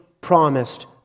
promised